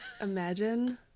Imagine